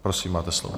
Prosím, máte slovo.